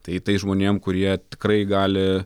tai tais žmonėm kurie tikrai gali